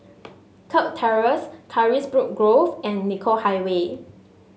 Kirk Terrace Carisbrooke Grove and Nicoll Highway